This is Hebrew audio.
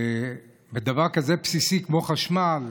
דבר כזה בסיסי, כמו חשמל,